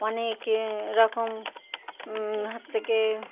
অনেক রকম হচ্ছে কি